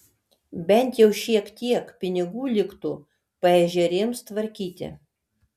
bent jau šiek tiek pinigų liktų paežerėms tvarkyti